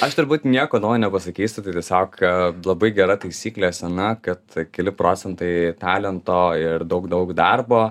aš turbūt nieko naujo nepasakysiu tai tiesiog labai gera taisyklė sena kad keli procentai talento ir daug daug darbo